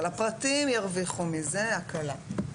אבל הפרטיים ירוויחו מזה הקלה.